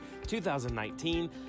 2019